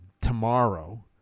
tomorrow